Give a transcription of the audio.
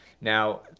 now